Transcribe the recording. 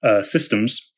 Systems